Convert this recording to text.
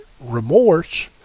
remorse